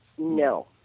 No